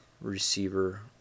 receiver